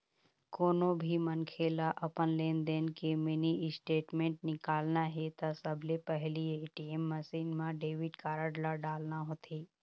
कोनो भी मनखे ल अपन लेनदेन के मिनी स्टेटमेंट निकालना हे त सबले पहिली ए.टी.एम मसीन म डेबिट कारड ल डालना होथे